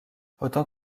autant